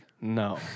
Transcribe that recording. No